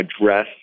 address